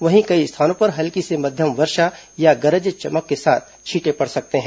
वहीं कई स्थानों पर हल्की से मध्यम वर्षा या गरज चमक के साथ छींटें पड़ सकते हैं